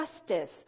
justice